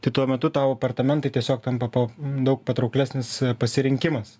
tai tuo metu tau apartamentai tiesiog tampa po daug patrauklesnis pasirinkimas